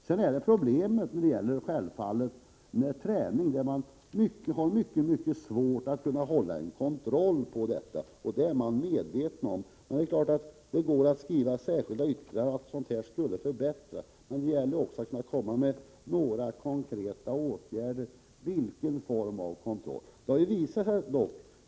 Självfallet är det ett problem med träningen, där det är mycket svårt att utöva kontroll — det är man medveten om. Det går naturligtvis bra att skriva särskilda yttranden om att förhållandena skall förbättras, men det gäller också att komma med konkreta förslag till åtgärder och till vilka former av kontroll man skall ha.